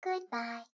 Goodbye